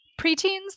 preteens